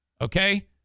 Okay